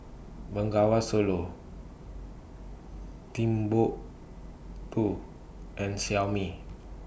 Bengawan Solo Timbuk two and Xiaomi